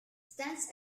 stands